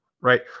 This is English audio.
right